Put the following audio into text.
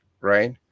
right